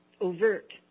overt